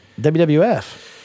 WWF